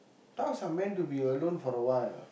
dogs are meant to be alone for a while